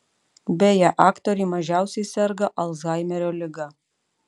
beje aktoriai mažiausiai serga alzhaimerio liga